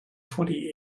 twenty